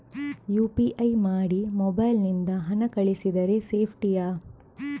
UPI ಮಾಡಿ mobile ನಿಂದ ಹಣ ಕಳಿಸಿದರೆ ಸೇಪ್ಟಿಯಾ?